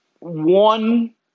One